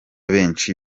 benshi